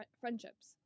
friendships